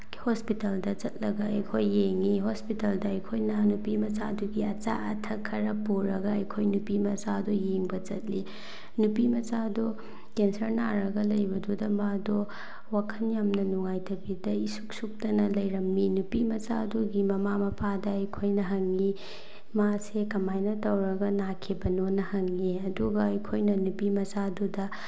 ꯍꯣꯁꯄꯤꯇꯥꯜꯗ ꯆꯠꯂꯒ ꯑꯩꯈꯣꯏ ꯌꯦꯡꯉꯤ ꯍꯣꯁꯄꯤꯇꯥꯜꯗ ꯑꯩꯈꯣꯏꯅ ꯅꯨꯄꯤꯃꯆꯥꯗꯨꯒꯤ ꯑꯆꯥ ꯑꯊꯛ ꯈꯔ ꯄꯨꯔꯒ ꯑꯩꯈꯣꯏ ꯅꯨꯄꯤꯃꯆꯥꯗꯨ ꯌꯦꯡꯕ ꯆꯠꯂꯤ ꯅꯨꯄꯤꯃꯆꯥ ꯑꯗꯨ ꯀꯦꯟꯁꯔ ꯅꯥꯔꯒ ꯂꯩꯕꯗꯨꯗ ꯃꯥꯗꯣ ꯋꯥꯈꯟ ꯌꯥꯝꯅ ꯅꯨꯡꯉꯥꯏꯇꯕꯤꯗ ꯏꯁꯨꯛ ꯁꯨꯛꯇꯅ ꯂꯩꯔꯝꯃꯤ ꯅꯨꯄꯤꯃꯆꯥꯗꯨꯒꯤ ꯃꯃꯥ ꯃꯄꯥꯗ ꯑꯩꯈꯣꯏꯅ ꯍꯪꯉꯤ ꯃꯥꯁꯦ ꯀꯃꯥꯏꯅ ꯇꯧꯔꯒ ꯅꯥꯈꯤꯕꯅꯣꯅ ꯍꯪꯉꯤ ꯑꯗꯨꯒ ꯑꯩꯈꯣꯏꯅ ꯅꯨꯄꯤꯃꯆꯥꯗꯨꯗ